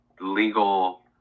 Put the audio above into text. legal